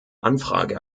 anfrage